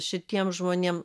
šitiem žmonėm